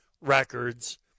records